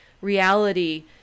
reality